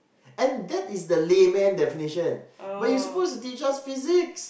and that is the layman definition but you supposed to teach us physics